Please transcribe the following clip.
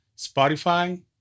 Spotify